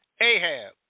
Ahab